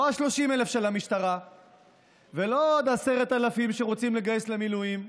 לא 30,000 של המשטרה ולא עוד 10,000 שרוצים לגייס למילואים,